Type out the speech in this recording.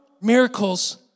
miracles